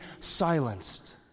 silenced